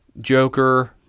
Joker